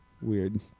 Weird